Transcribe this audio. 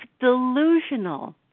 delusional